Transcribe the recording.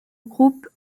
groupe